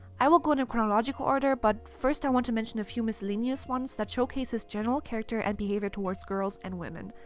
i will go in a chronological order, but first i want to mention a few miscellaneous ones that showcase his general character and behavior towards girls and women.